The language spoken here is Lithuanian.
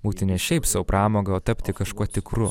būti ne šiaip sau pramoga o tapti kažkuo tikru